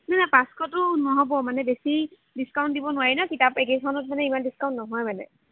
নাই নাই পাঁচশটো নহ'ব মানে বেছি ডিস্কাউণ্ট দিব নোৱাৰি ন কিতাপ এইকেইখনত মানে ইমান ডিস্কাউণ্ট ইমান নহয় মানে